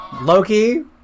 Loki